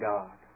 God